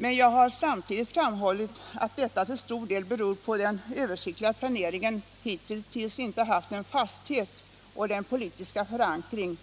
Men jag har samtidigt framhållit att detta till stor del beror på att den översiktliga prövningen hitintills inte haft den fasthet och politiska förankring